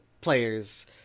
players